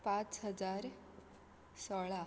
पांच हजार सोळा